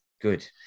Good